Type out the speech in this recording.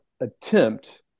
attempt